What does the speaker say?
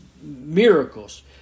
miracles